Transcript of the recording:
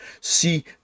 See